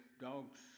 dog's